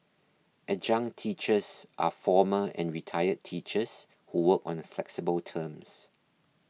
adjunct teachers are former and retired teachers who work on the flexible terms